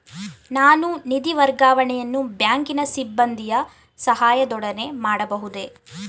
ನಾನು ನಿಧಿ ವರ್ಗಾವಣೆಯನ್ನು ಬ್ಯಾಂಕಿನ ಸಿಬ್ಬಂದಿಯ ಸಹಾಯದೊಡನೆ ಮಾಡಬಹುದೇ?